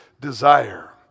desire